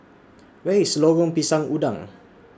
Where IS Lorong Pisang Udang